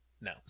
No